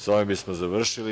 Sa ovim bismo završili i